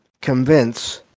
convince